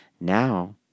Now